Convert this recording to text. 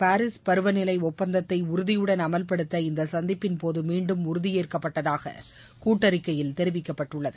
Paris பருவநிலை ஒப்பந்தத்தை உறுதியுடன் அமல்படுத்த இந்த சந்திப்பின்போது மீண்டும் உறுதியேற்கப்பட்டதாக கூட்டறிக்கையில் தெரிவிக்கப்பட்டுள்ளது